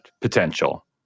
potential